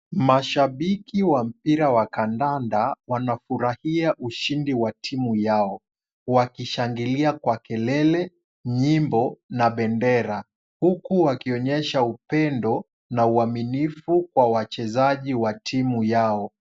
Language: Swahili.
Mashabiki wa mpira wa kandanda, wanafurahia ushindi wa timu yao, wakishangilia kwa kelele, nyimbo na bendera, huku wakionyesha upendo na uaminifu kwa wachezaji wa timu yao.